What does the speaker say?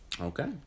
Okay